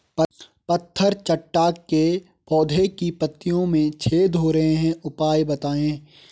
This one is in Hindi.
पत्थर चट्टा के पौधें की पत्तियों में छेद हो रहे हैं उपाय बताएं?